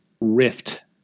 rift